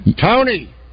Tony